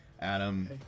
Adam